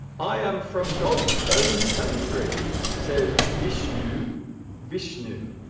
i am from god's own country says vishnu vishnu